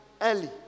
early